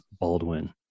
Baldwin